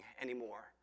anymore